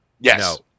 Yes